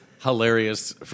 hilarious